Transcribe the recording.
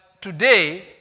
today